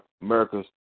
America's